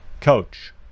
coach